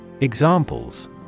Examples